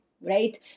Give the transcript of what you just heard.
Right